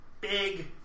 Big